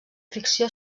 ficció